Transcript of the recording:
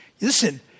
Listen